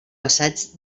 assaig